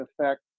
effect